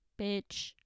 bitch